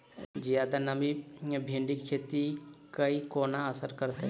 जियादा नमी भिंडीक खेती केँ कोना असर करतै?